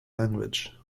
language